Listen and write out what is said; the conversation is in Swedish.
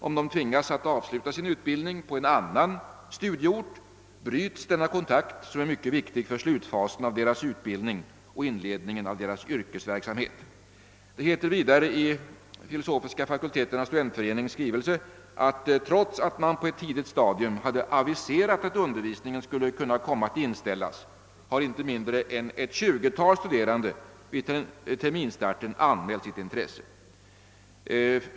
Om de tvingas att avsluta sin utbildning på en annan studieort, bryts denna kontakt, som är mycket viktig för slutfasen av deras utbildning och inledningen av deras yrkesverksamhet.» Det heter vidare i skrivelsen att trots att man på ett tidigt stadium hade aviserat att undervisningen skulle kunna komma att inställas, har inte mindre än ett 20-tal studerande vid terminsstarten anmält sitt intresse.